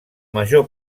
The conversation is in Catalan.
major